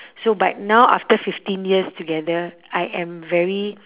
so but now after fifteen years together I am very